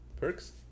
Perks